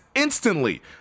Instantly